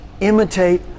imitate